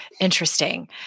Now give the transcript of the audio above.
Interesting